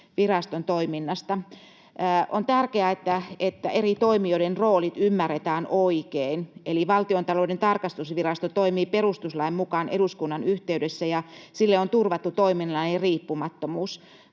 tarkastusviraston toiminnasta: On tärkeää, että eri toimijoiden roolit ymmärretään oikein, eli Valtiontalouden tarkastusvirasto toimii perustuslain mukaan eduskunnan yhteydessä, ja sille on turvattu toiminnallinen riippumattomuus.